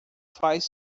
faz